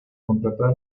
contratar